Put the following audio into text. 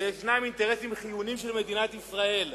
וישנם אינטרסים חיוניים של מדינת ישראל ".